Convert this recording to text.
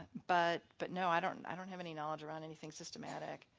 but but no, i don't i don't have any knowledge around anything systematic.